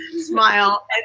smile